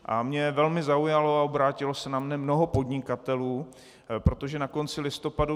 A mě velmi zaujalo, a obrátilo se na mě mnoho podnikatelů, protože na konci listopadu